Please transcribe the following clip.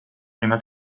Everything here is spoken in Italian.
prima